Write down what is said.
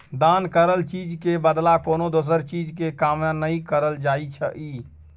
दान करल चीज के बदला कोनो दोसर चीज के कामना नइ करल जाइ छइ